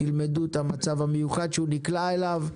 תלמדו את המצב המיוחד שהוא נקלע אליו,